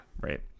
right